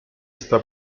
está